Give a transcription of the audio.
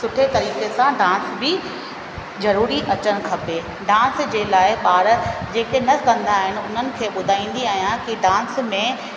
सुठे तरीके सां डांस बि ज़रूरी अचणु खपे डांस जे लाइ ॿार जेके न कंदा आहिनि उन्हनि खे ॿुधाईंदी आहियां की डांस में